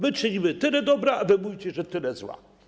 My czynimy tyle dobra, a wy mówicie, że tyle zła.